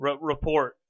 report